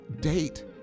Date